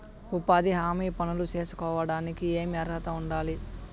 ఉపాధి హామీ పనులు సేసుకోవడానికి ఏమి అర్హత ఉండాలి?